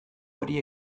hori